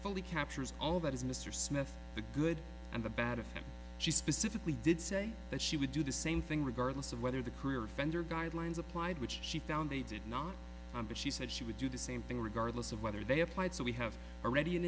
fully captures all that is mr smith the good and the bad if she specifically did say that she would do the same thing regardless of whether the career offender guidelines applied which she found they did not come to she said she would do the same thing regardless of whether they applied so we have already an